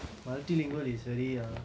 useful [what]